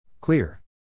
Clear